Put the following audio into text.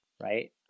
right